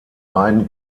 beiden